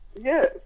yes